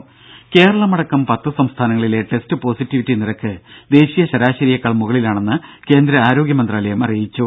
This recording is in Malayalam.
രുര കേരളമടക്കം പത്ത് സംസ്ഥാനങ്ങളിലെ ടെസ്റ്റ് പോസിറ്റീവിറ്റി നിരക്ക് ദേശീയ ശരാശരിയേക്കാൾ മുകളിലാണെന്ന് കേന്ദ്ര ആരോഗ്യമന്ത്രാലയം അറിയിച്ചു